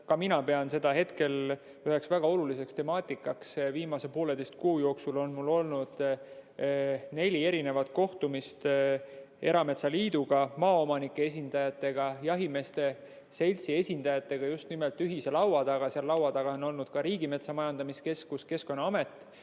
ka mina pean seda hetkel üheks väga oluliseks temaatikaks. Viimase pooleteise kuu jooksul on mul olnud neli kohtumist erametsaliiduga, maaomanike esindajatega, jahimeeste seltsi esindajatega just nimelt ühise laua taga. Seal laua taga on olnud ka Riigimetsa Majandamise Keskus, Keskkonnaamet